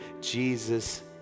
Jesus